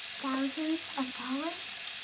thousands of dollars?